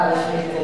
השפה הרשמית.